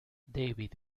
david